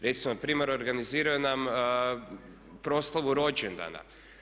Recimo npr. organiziraju nam proslavu rođendana.